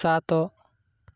ସାତ